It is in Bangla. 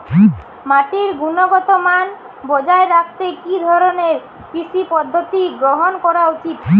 মাটির গুনগতমান বজায় রাখতে কি ধরনের কৃষি পদ্ধতি গ্রহন করা উচিৎ?